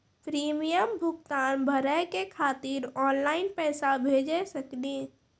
Premium भुगतान भरे के खातिर ऑनलाइन पैसा भेज सकनी?